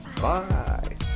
bye